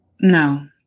No